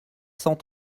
cent